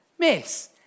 Miss